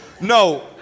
No